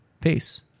Peace